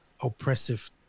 oppressive